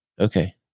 Okay